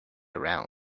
around